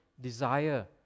desire